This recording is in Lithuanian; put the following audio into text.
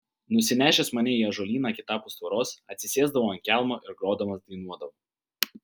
nusinešęs mane į ąžuolyną kitapus tvoros atsisėsdavo ant kelmo ir grodamas dainuodavo